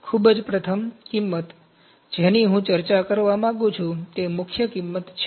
ખૂબ જ પ્રથમ કિંમત જેની હું ચર્ચા કરવા માંગુ છું તે મુખ્ય કિંમત છે